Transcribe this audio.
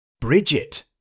Bridget